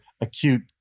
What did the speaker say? acute